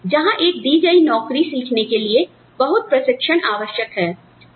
और जहां एक दी गई नौकरी सीखने के लिए बहुत प्रशिक्षण आवश्यक है